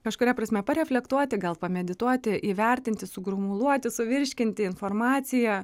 kažkuria prasme pareflektuoti gal pamedituoti įvertinti sugrumuluoti suvirškinti informaciją